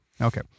Okay